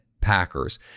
Packers